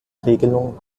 regelung